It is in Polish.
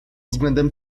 względem